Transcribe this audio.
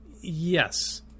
yes